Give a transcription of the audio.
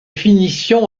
finition